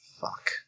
fuck